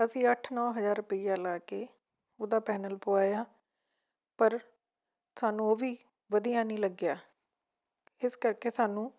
ਅਸੀਂ ਅੱਠ ਨੌ ਹਜ਼ਾਰ ਰੁਪਈਆ ਲਾ ਕੇ ਉਹਦਾ ਪੈਨਲ ਪਵਾਇਆ ਪਰ ਸਾਨੂੰ ਉਹ ਵੀ ਵਧੀਆ ਨਹੀਂ ਲੱਗਿਆ ਇਸ ਕਰਕੇ ਸਾਨੂੰ